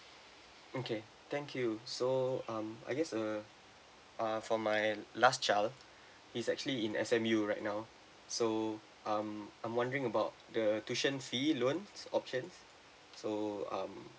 okay thank you so um I guess err ah for my last child he's actually in S_M_U right now so um I'm wondering about the tuition fee loan option so um